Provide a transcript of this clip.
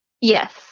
Yes